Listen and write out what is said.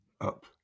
up